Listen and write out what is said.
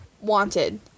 Wanted